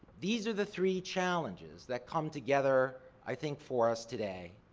these are the three challenges that come together, i think, for us today,